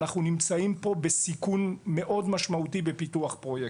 אנחנו נמצאים פה בסיכון מאוד משמעותי בפיתוח פרויקטים.